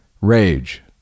rage